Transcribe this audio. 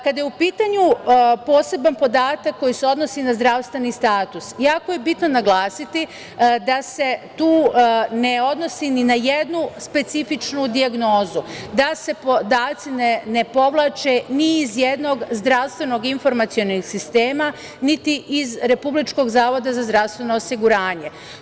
Kada je u pitanju poseban podatak koji se odnosi na zdravstveni status, jako je bitno naglasiti da se tu ne odnosi ni na jednu specifičnu dijagnozu, da se podaci ne povlače ni iz jednog zdravstvenog informacionog sistema, niti iz Republičkog zavoda za zdravstveno osiguranje.